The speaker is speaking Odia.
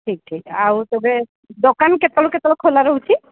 ଠିକ୍ ଠିକ୍ ଆଉ ତେବେ ଦୋକାନ କେତେବେଳରୁ କେତବେଳ ଖୋଲା ରହୁଛି